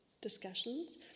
discussions